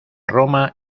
roma